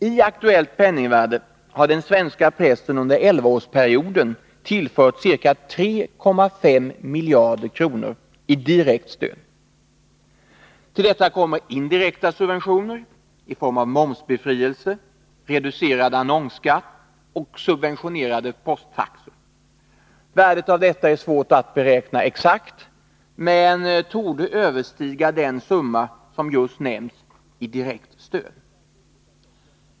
I aktuellt penningvärde har den svenska pressen under elvaårsperioden tillförts ca 3,5 miljarder kronor i direkt stöd. Till detta kommer indirekta subventioner i form av momsbefrielse, reducerad annonsskatt och subventionerade posttaxor. Värdet av detta är svårt att beräkna exakt, men det torde överstiga den summa som just nämnts i direkt stöd.